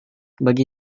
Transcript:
bagi